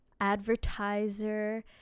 advertiser